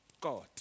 God